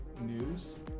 news